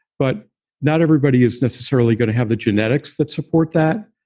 but not everybody is necessarily going to have the genetics that support that.